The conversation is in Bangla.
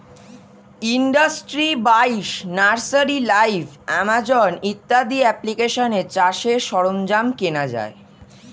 ইন্ডাস্ট্রি বাইশ, নার্সারি লাইভ, আমাজন ইত্যাদি অ্যাপ্লিকেশানে চাষের সরঞ্জাম কেনা যায়